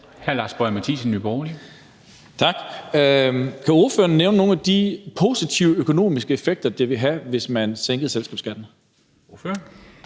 13:11 Lars Boje Mathiesen (NB): Tak. Kan ordføreren nævne nogle af de positive økonomiske effekter, det ville have, hvis man sænkede selskabsskatterne?